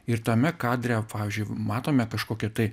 ir tame kadre pavyzdžiui matome kažkokią tai